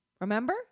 remember